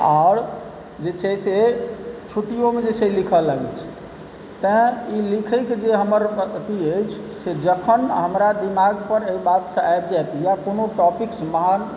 आओर जे छै से छुट्टियोमे जे छै से लिखऽ लागै छी तैँ जे लिखैके हमर एथी अछि से जखन हमरा दिमाग पर एहि बातसँ आबि जाएत यऽ या कोनो टॉपिक्समे महान